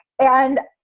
and,